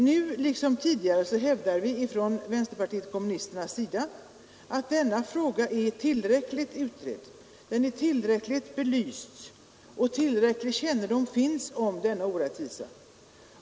Nu liksom tidigare hävdar vi från vänsterpartiet kommunisternas sida att denna fråga är tillräckligt utredd och belyst och att tillräcklig kännedom finns om denna orättvisa.